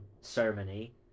ceremony